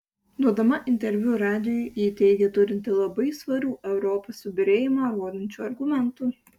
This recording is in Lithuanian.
duodama interviu radijui ji teigė turinti labai svarių europos subyrėjimą rodančių argumentų